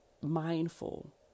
mindful